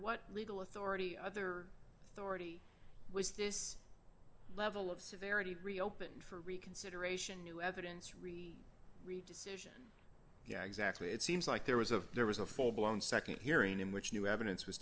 what legal authority other thor eighty was this level of severity reopened for reconsideration new evidence re read decision yeah exactly it seems like there was a there was a full blown nd hearing in which new evidence was